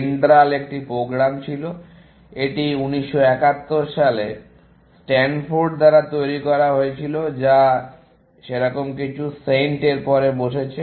Dendral একটি program ছিল এটি 1971 সালে স্ট্যানফোর্ড দ্বারা তৈরি করা হয়েছিল বা সেরকম কিছু SAINT এর পরে এসেছে